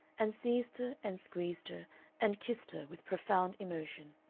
and seized her and squeezed her and kissed her with profound emotion.